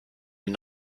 den